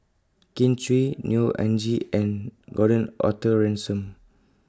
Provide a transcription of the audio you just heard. Kin Chui Neo Anngee and Gordon Arthur Ransome